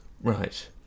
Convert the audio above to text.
Right